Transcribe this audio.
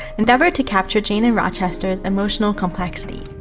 endeavored to capture jane and rochester's emotional complexity.